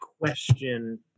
question